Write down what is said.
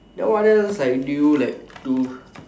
then what else like do you like do